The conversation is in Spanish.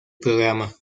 programa